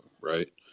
right